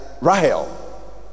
Rahel